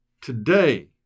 today